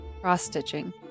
cross-stitching